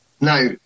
Now